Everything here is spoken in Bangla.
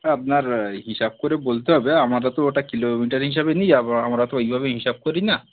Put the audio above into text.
হ্যাঁ আপনার হিসাব করে বলতে হবে আমারা তো ওটা কিলোমিটারে হিসাবে নিই আমরা তো ঐভাবে হিসাব করি না